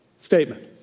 statement